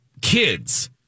kids